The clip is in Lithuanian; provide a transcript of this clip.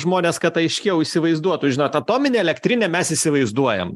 žmones kad aiškiau įsivaizduotų žinot atominę elektrinę mes įsivaizduojam